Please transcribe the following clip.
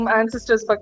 ancestors